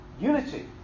unity